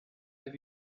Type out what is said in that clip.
have